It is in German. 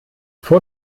vor